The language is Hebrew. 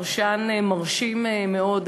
פרשן מרשים מאוד,